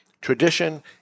tradition